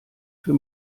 für